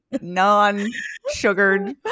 non-sugared